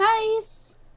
Nice